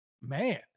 man